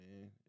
man